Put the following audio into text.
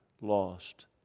lost